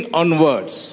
onwards